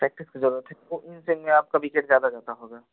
practice की ज़रूरत है वह इन स्विंग में आपका विकेट ज़्यादा जाता होगा